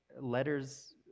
letters